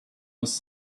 was